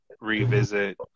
revisit